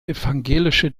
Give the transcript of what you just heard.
evangelische